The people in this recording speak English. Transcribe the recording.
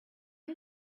you